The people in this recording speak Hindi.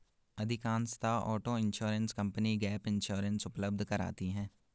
अधिकांशतः auto insurance company gap insurance उपलब्ध कराती है